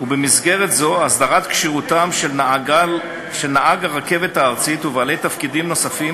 ובמסגרת זו אסדרת כשירותם של נהג רכבת ארצית ובעלי תפקידים נוספים